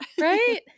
Right